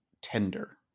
tender